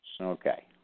Okay